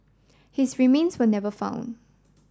his remains were never found